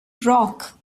rock